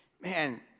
Man